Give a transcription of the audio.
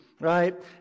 Right